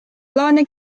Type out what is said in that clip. plaane